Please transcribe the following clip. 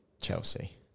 Chelsea